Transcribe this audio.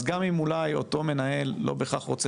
אז גם אם אולי אותו מנהל לא בהכרח רוצה